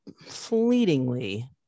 fleetingly